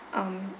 um